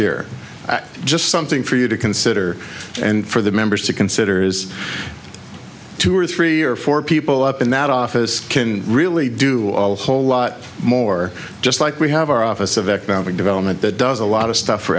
here just something for you to consider and for the members to consider is two or three or four people up in that office can really do all the whole lot more just like we have our office of economic development that does a lot of stuff for